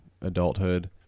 adulthood